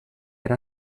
era